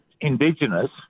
indigenous